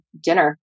dinner